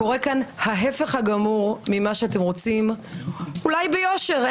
קורה כאן ההפך הגמור ממה שאתם רוצים אולי ביושר,